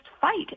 fight